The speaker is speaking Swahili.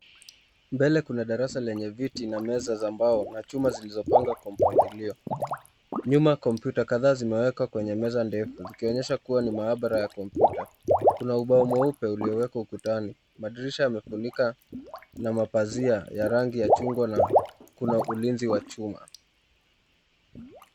Mbele kuna darasa lenye viti na meza za mbao na chuma zilizo pangwa kwa mpangilio. Nyuma computer kadhaa zimewekwa kwenye meza ndefu, ikionyesha kuwa ni mahabara ya computer. Kuna ubao mweupe uliyo wekwa ukutani. Madirisha yamefunika na mapasia ya rangi ya chungwa na chuma, na kuna ulinzi wa chuma.